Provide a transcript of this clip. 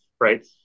right